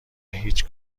هیچ